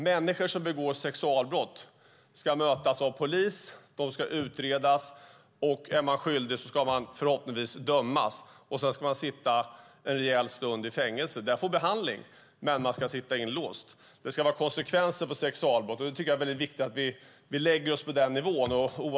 Människor som begår sexualbrott ska mötas av polis och utredas, och om de är skyldiga ska de förhoppningsvis dömas. Sedan ska de sitta en rejäl stund i fängelse och där få behandling. Men de ska sitta inlåsta. Det ska vara konsekvenser på sexualbrott. Jag tycker att det är väldigt viktigt att vi lägger oss på den nivån.